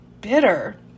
bitter